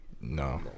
no